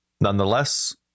nonetheless